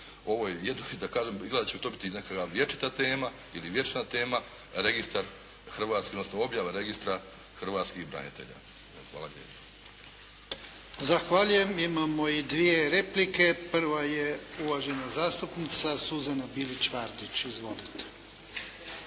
ovoj da kažem, izgleda da će to biti na kraju vječita tema ili vječna tema registar hrvatskih, odnosno objava registra hrvatskih branitelja. Evo, hvala lijepo. **Jarnjak, Ivan (HDZ)** Zahvaljujem. Imamo i dvije replike. Prva je uvažena zastupnica Suzana Bilić Vardić. Izvolite.